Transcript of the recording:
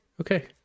okay